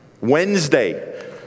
Wednesday